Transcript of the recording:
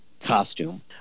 costume